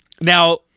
Now